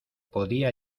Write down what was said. podía